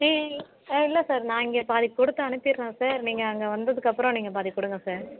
he ஆ இல்லை sir நான் இங்கே பாதி கொடுத்து அனுப்பிடுறேன் சார் நீங்கள் அங்கே வந்ததுக்கப்பறம் நீங்கள் பாதி கொடுங்க சார்